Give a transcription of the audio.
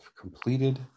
completed